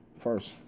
First